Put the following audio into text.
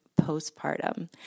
postpartum